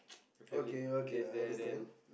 family there's there then